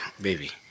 Baby